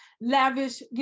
lavish